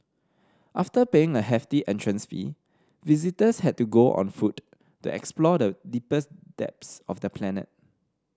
after paying a hefty entrance fee visitors had to go on foot to explore the deepest depths of the planet